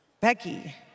Becky